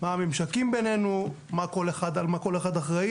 מגיעים אלינו הודעות/שאלות שחוזרים אליהם תוך יום-יומיים מכל מקום בארץ.